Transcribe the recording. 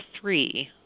three